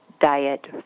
diet